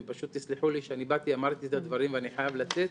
אתם פשוט תסלחו לי שאני באתי ואמרתי את הדברים ואני חייב לצאת,